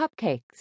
cupcakes